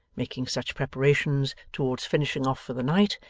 making such preparations towards finishing off for the night,